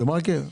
דה-מרקר,